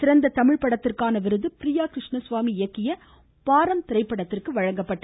சிறந்த தமிழ் படத்திற்கான விருது ப்ரியா கிருஷ்ணசுவாமி இயக்கிய பாரம் திரைப்படத்திற்கு வழங்கப்பட்டது